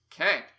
Okay